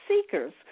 seekers